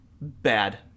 Bad